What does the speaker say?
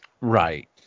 Right